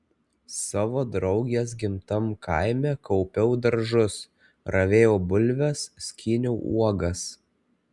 savo draugės gimtam kaime kaupiau daržus ravėjau bulves skyniau uogas